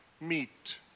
meet